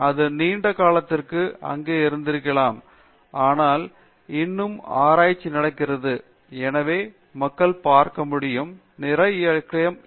அது நீண்ட காலத்திற்கு அங்கே இருந்திருக்கலாம் ஆனால் இன்னும் ஆராய்ச்சி நடக்கிறது எனவே மக்கள் பார்க்க முடியும் நிறைய இலக்கியம் உள்ளது